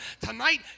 Tonight